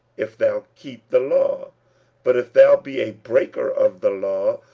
if thou keep the law but if thou be a breaker of the law,